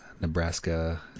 Nebraska